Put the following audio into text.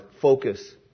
focus